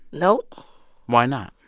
no why not?